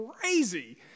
crazy